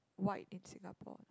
wide in Singapore